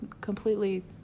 completely